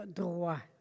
droit